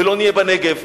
ולא נהיה לא בנגב,